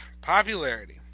Popularity